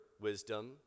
wisdom